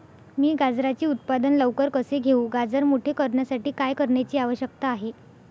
मी गाजराचे उत्पादन लवकर कसे घेऊ? गाजर मोठे करण्यासाठी काय करण्याची आवश्यकता आहे?